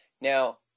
Now